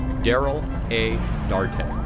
darrel a. dartey,